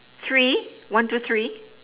three one two three